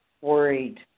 worried